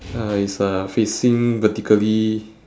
uh it's uh facing vertically